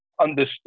understood